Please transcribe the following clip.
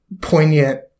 poignant